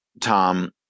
Tom